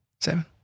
Seven